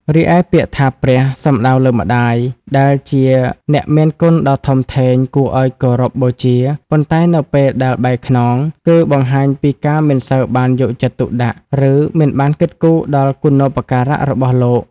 រីឯពាក្យថា "ព្រះ" សំដៅលើម្ដាយ ដែលជាអ្នកមានគុណដ៏ធំធេង គួរឲ្យគោរពបូជា ប៉ុន្តែនៅពេលដែល "បែរខ្នង" គឺបង្ហាញពីការមិនសូវបានយកចិត្តទុកដាក់ ឬមិនបានគិតគូរដល់គុណូបការៈរបស់លោក។